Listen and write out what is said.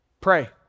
pray